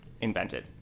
invented